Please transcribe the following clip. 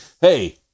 Hey